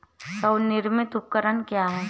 स्वनिर्मित उपकरण क्या है?